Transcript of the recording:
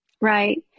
Right